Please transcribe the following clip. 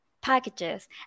packages